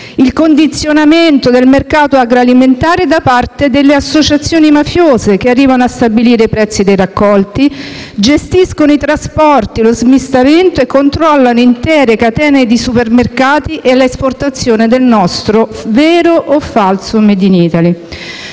il condizionamento del mercato agroalimentare da parte delle associazioni mafiose, che arrivano a stabilire i prezzi dei raccolti, gestiscono i trasporti e lo smistamento e controllano intere catene di supermercati e l'esportazione del nostro - vero o falso - *made in Italy*.